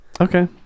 Okay